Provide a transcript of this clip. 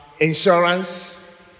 insurance